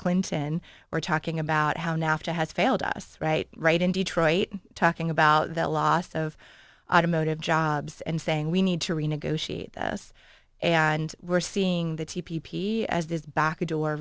clinton were talking about how nafta has failed us right right in detroit talking about the loss of automotive jobs and saying we need to renegotiate this and we're seeing that c p p as this back door